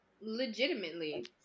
Legitimately